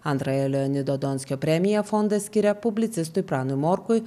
antrąją leonido donskio premiją fondas skiria publicistui pranui morkui